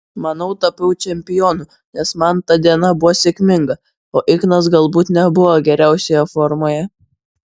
manau tapau čempionu nes man ta diena buvo sėkminga o ignas galbūt nebuvo geriausioje formoje